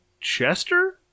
Chester